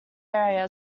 area